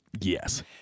Yes